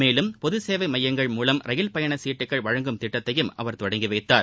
மேலும் பொது சேவை மையங்கள் மூலம் ரயில் பயண சீட்டுக்கள் வழங்கும் திட்டத்தையும் அவர் தொடங்கி வைத்தார்